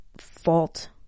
fault